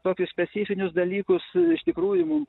tokius specifinius dalykus iš tikrųjų mum